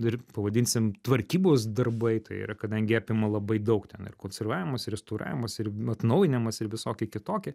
ir pavadinsim tvarkybos darbai tai yra kadangi apima labai daug ten ir konservavimas ir restauravimas ir atnaujinimas ir visokie kitokie